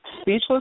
speechless